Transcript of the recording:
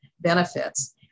benefits